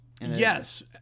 Yes